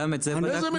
גם את זה בדקנו.